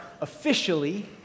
officially